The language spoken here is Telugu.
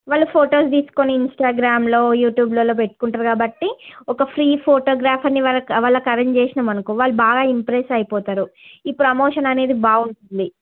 వాళ్ళు ఫోటోస్ తీసుకొని ఇన్స్టాగ్రామ్లో యూట్యూబ్లలో పెట్టుకుంటారు కాబట్టి ఒక ఫ్రీ ఫోటోగ్రాఫర్ని మనకి వాళ్ళకి అరేంజ్ చేసినామనుకో వాళ్ళు బాగా ఇంప్రెస్ అయిపోతారు ఈ ప్రమోషన్ అనేది బాగుంటుంది